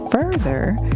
further